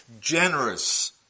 generous